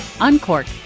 uncork